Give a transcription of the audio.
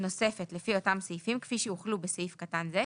נוספת לפי אותם סעיפים, כפי שהוחלו בסעיף קטן זה,